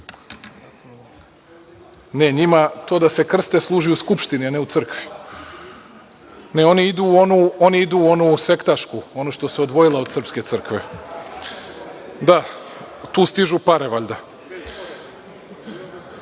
Ne, njima to da se krste služi u Skupštini, a ne u crkvi. Oni idu u onu sektašku, onu što se odvojila od Srpske crkve. Da, tu stižu pare, valjda. Dalje,